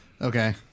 Okay